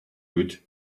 would